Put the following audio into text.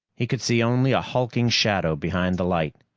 he could see only a hulking shadow behind the light.